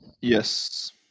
Yes